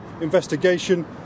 investigation